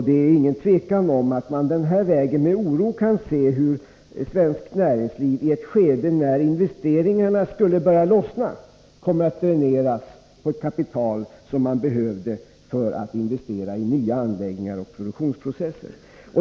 Det är ingen tvekan om att man, i fall den här vägen följs, med oro kan se hur svenskt näringsliv, i ett skede när investeringarna skulle börja lossna, kommer att dräneras på ett kapital som behöver investeras i nya anläggningar och produktionsprocesser.